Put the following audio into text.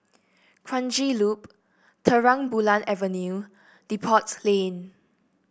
Kranji Loop Terang Bulan Avenue Depot Lane